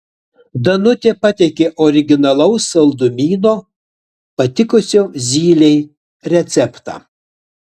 danutė pateikė originalaus saldumyno patikusio zylei receptą